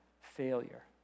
failure